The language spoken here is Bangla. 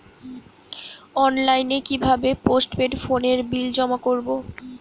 অনলাইনে কি ভাবে পোস্টপেড ফোনের বিল জমা করব?